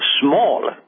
small